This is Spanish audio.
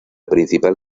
principal